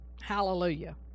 hallelujah